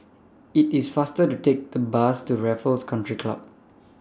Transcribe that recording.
IT IS faster to Take The Bus to Raffles Country Club